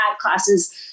classes